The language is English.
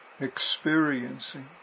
experiencing